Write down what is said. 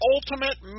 Ultimate